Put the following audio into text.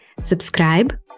Subscribe